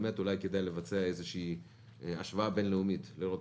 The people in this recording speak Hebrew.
כדאי לבצע השוואה בין-לאומית לראות